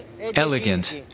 Elegant